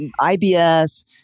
IBS